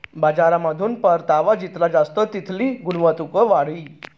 बजारमाथून परतावा जितला जास्त तितली गुंतवणूक वाढी